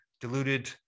diluted